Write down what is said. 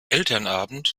elternabend